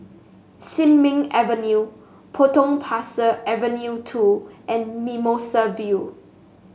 Sin Ming Avenue Potong Pasir Avenue two and Mimosa View